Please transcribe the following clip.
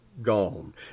gone